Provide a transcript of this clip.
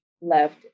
left